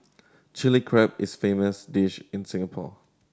Chilli Crab is a famous dish in Singapore